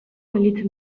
gelditzen